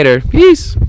Peace